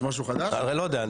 אני לא יודע,